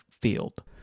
field